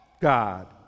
God